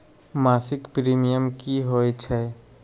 मासिक प्रीमियम की होई छई?